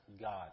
God